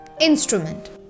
instrument